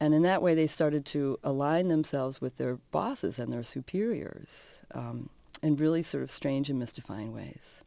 and in that way they started to align themselves with their bosses and their superiors and really sort of strange in mystifying ways